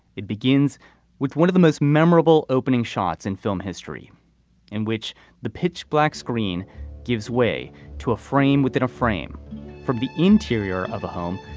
it begins with one of the most memorable opening shots in film history in which the pitch black screen gives way to a frame within a frame from the interior of a home.